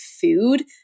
food